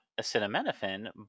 acetaminophen